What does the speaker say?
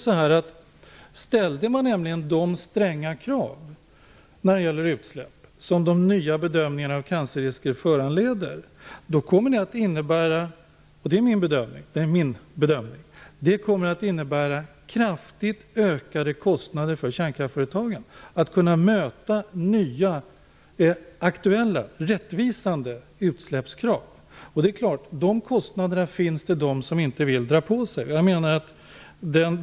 Ställde man de stränga krav när det gäller utsläpp som den nya bedömningen av cancerrisken föranleder kommer det att innebära - det är min bedömning - kraftigt ökade kostnader för kärnkraftföretagen att möta nya aktuella rättvisande utsläppskrav. Det finns de som inte vill dra på sig de kostnaderna.